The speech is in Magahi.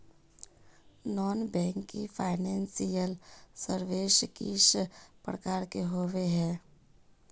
नॉन बैंकिंग फाइनेंशियल सर्विसेज किस प्रकार के होबे है?